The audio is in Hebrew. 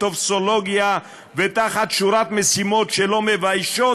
וטופסולוגיה ותחת שורת משימות שלא מביישות